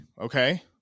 Okay